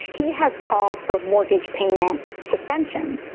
he has called for mortgage payment suspension.